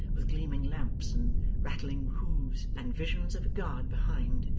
with gleaming lamps and rattling hoofs, and visions of a guard behind,